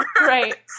right